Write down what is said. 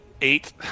Eight